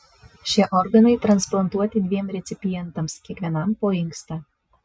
šie organai transplantuoti dviem recipientams kiekvienam po inkstą